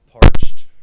parched